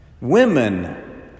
Women